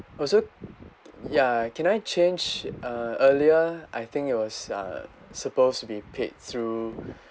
also ya can I change uh earlier I think it was uh suppose to be paid through